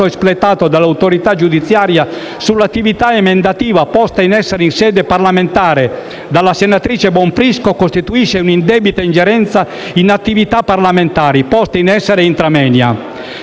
espletato dall'autorità giudiziaria sull'attività emendativa posta in essere in sede parlamentare dalla senatrice Bonfrisco costituisce un'indebita ingerenza in attività parlamentari poste in essere *intra moenia*,